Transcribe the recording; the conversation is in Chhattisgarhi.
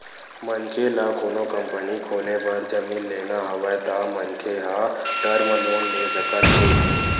मनखे ल कोनो कंपनी खोले बर जमीन लेना हवय त मनखे ह टर्म लोन ले सकत हे